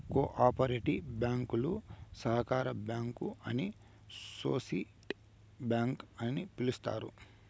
co operative బ్యాంకులు సహకార bank అని సోసిటీ బ్యాంక్ అని పిలుత్తారు